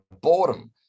boredom